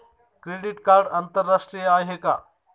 Credit card आंतरराष्ट्रीय आहे का?